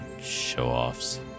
Show-offs